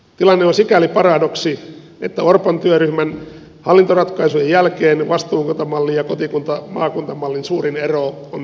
tilanne on sikäli paradoksi että orpon työryhmän hallintoratkaisujen jälkeen vastuukuntamallin ja kotikuntamaakunta mallin suurin ero on niiden nimissä